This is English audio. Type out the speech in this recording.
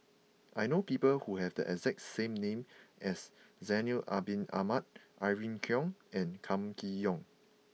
I know people who have the exact name as Zainal Abidin Ahmad Irene Khong and Kam Kee Yong